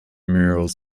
murals